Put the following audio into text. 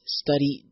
study